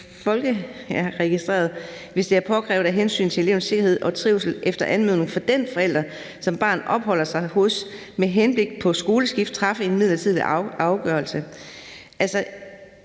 hvis det er påkrævet af hensyn til elevens sikkerhed og trivsel efter anmodning fra den forælder, som barnet opholder sig hos, med henblik på skoleskift træffe en midlertidig afgørelse